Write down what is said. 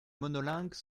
monolingue